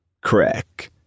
correct